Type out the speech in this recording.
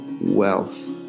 wealth